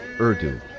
Urdu